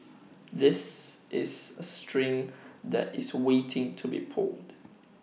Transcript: this is A string that is waiting to be pulled